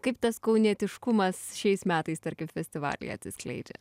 kaip tas kaunietiškumas šiais metais tarkim festivalyje atsiskleidžia